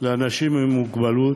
לאנשים עם מוגבלות